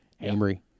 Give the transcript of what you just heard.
Amory